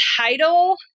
title